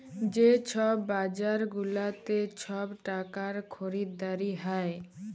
যে ছব বাজার গুলাতে ছব টাকার খরিদারি হ্যয়